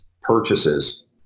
purchases